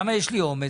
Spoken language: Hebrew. למה יש לי אומץ?